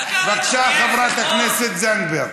בבקשה, חברת הכנסת זנדברג.